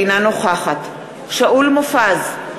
אינה נוכחת שאול מופז,